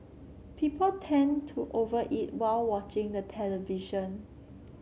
people tend to over eat while watching the television